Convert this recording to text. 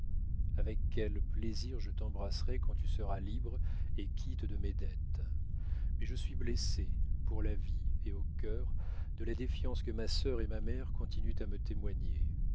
avec quel plaisir je t'embrasserai quand tu seras libre et quitte de mes dettes mais je suis blessé pour la vie et au cœur de la défiance que ma sœur et ma mère continuent à me témoigner